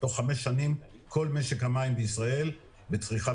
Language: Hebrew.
תוך חמש שנים כל משק המים בישראל בצריכה